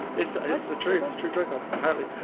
it's ah it's the truth, true joke apparently.